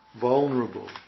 vulnerable